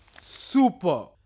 Super